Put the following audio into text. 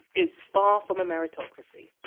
it's far from a meritocracy